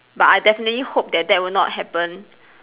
but I definitely hope that that would not happen